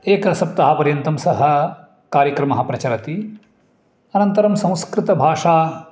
एकसप्ताहपर्यन्तं सः कार्यक्रमः प्रचलति अनन्तरं संस्कृतभाषा